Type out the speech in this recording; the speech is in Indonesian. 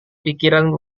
pikiran